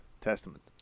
testament